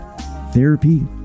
Therapy